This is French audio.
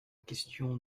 question